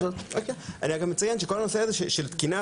הנושא הזה של תקינה,